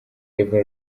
eva